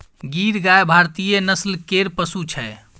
गीर गाय भारतीय नस्ल केर पशु छै